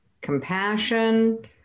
compassion